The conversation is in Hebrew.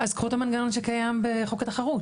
אז קחו את המנגנון שקיים בחוק התחרות.